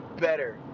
better